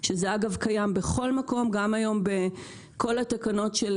שזה קיים בכל מקום בכל התקנות של